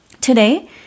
Today